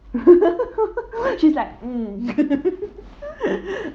she's like mm